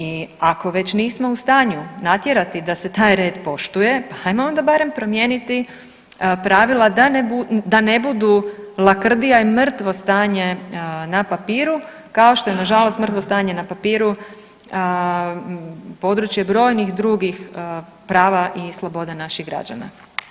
I ako već nismo u stanju natjerati da se taj red poštuje, pa ajmo barem onda promijeniti pravila da ne budu lakrdija i mrtvo stanje na papiru, kao što je nažalost mrtvo stanje na papiru područje brojnih drugih prava i sloboda naših građana.